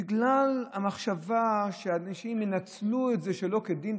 בגלל המחשבה שאנשים ינצלו את זה שלא כדין,